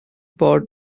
pod